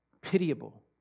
pitiable